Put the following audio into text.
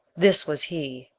this was he.